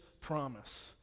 promise